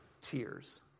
tears